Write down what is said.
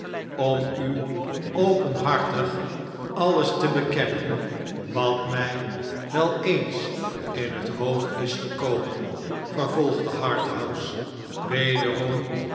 om u openhartig alles te bekennen wat mij wel eens in het hoofd is gekomen vervolgde harthouse wederom